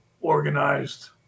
organized